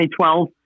2012